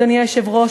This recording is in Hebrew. אדוני היושב-ראש,